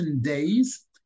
days